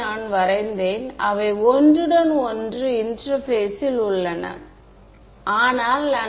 நான் என்ன சொல்கிறேன் என்றால் ஆம் தான்